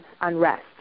unrest